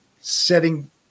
setting